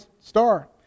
star